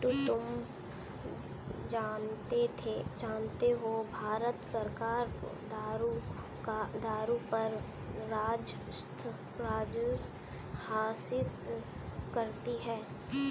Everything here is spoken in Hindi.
पिंटू तुम जानते हो भारत सरकार दारू पर राजस्व हासिल करती है